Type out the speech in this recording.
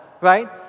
right